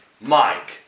Mike